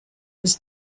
was